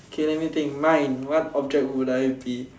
okay let me think mine what object would I be